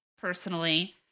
personally